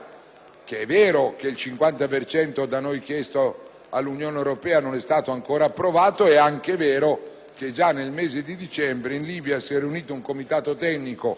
è vero che il 50 per cento da noi chiesto all'Unione europea non è stato ancora approvato, ma è anche vero che già nel mese di dicembre in Libia si è riunito un comitato tecnico,